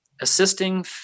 assisting